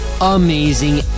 amazing